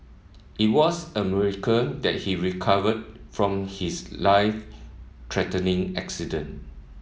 it was a miracle that he recovered from his life threatening accident